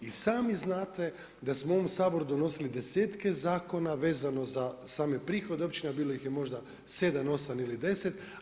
I sami znate da smo u ovom Saboru donosili desetke zakona vezano za same prihode od općina, bilo ih je možda 7, 8 ili 10.